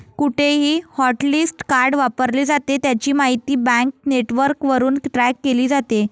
कुठेही hotlist card वापरले जाते, त्याची माहिती बँक नेटवर्कवरून ट्रॅक केली जाते